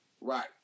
Right